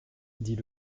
dit